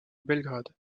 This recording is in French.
belgrade